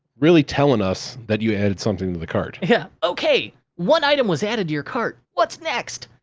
really telling us that you added something to the cart. yeah. okay, one item was added to your cart. what's next?